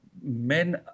men